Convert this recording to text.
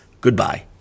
Goodbye